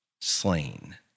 slain